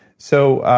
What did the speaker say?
so,